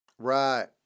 Right